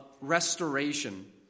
restoration